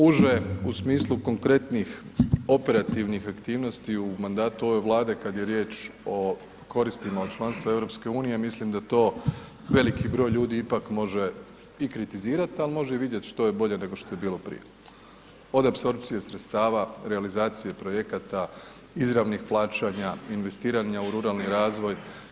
Uže u smislu konkretnih operativnih aktivnosti u mandatu ove vlade kada je riječ o koristima od članstva EU mislim da to veliki broj ipak može i kritizirati, ali može vidjeti što je bolje nego što je bilo prije, od apsorpcije sredstava, realizacije projekata, izravnih plaćanja, investiranja u ruralni razvoj.